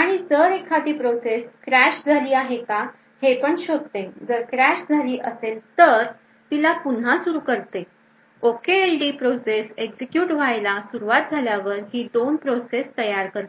आणि जर एखादी प्रोसेस क्रॅश झाली आहे का हे पण शोधते जर क्रॅश झाली असेल तर तिला पुन्हा सुरू करते OKLD प्रोसेस एक्झिक्युट व्हायला सुरुवात झाल्यावर ही 2 प्रोसेस तयार करते